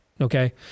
Okay